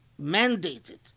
mandated